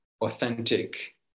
authentic